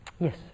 Yes